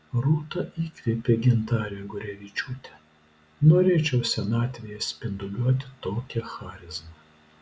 rūta įkvėpė gintarę gurevičiūtę norėčiau senatvėje spinduliuoti tokia charizma